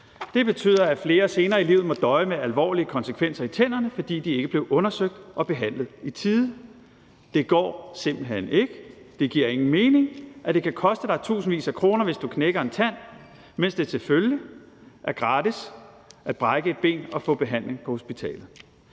Det betyder, at flere senere i livet må døje med alvorlige konsekvenser i forhold til tænderne, fordi de ikke blev undersøgt og behandlet i tide. Det går simpelt hen ikke, og det giver ingen mening, at det kan koste dig tusindvis af kroner, hvis du knækker en tand, mens det selvfølgelig er gratis at brække et ben og få behandling på hospitalet.